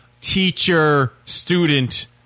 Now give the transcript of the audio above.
teacher-student